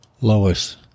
Lois